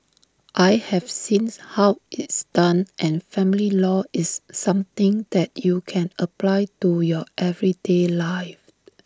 I have seems how it's done and family law is something that you can apply to your everyday life